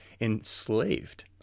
enslaved